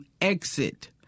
exit